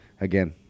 again